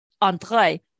Andre